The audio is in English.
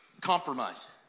Compromise